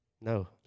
No